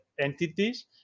entities